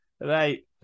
right